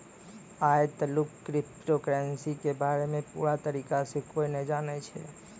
आय तलुक cryptocurrency के बारे मे पूरा तरीका से कोय नै जानै छै